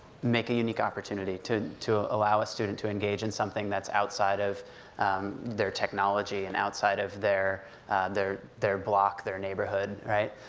make a unique opportunity, to to ah allow a student to engage in something that's outside of their technology, and outside of their their block, their neighborhood, right?